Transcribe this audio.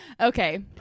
okay